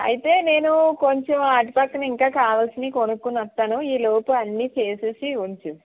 అయితే నేనూ కొంచెం అటుపక్కనింకా కావలసినవి కొనుక్కుని వస్తాను ఈ లోపు అన్నీ చేసేసి ఉంచు